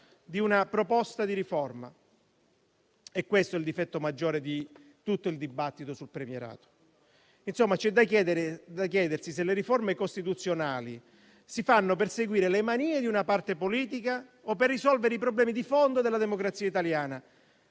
di una proposta di riforma. È questo il difetto maggiore di tutto il dibattito sul premierato. Insomma, c'è da chiedersi se le riforme costituzionali si fanno per seguire le manie di una parte politica o per risolvere i problemi di fondo della democrazia italiana.